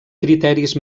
criteris